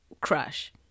crush